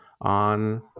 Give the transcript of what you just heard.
on